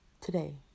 today